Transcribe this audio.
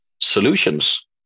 solutions